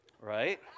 right